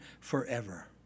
forever